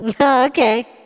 Okay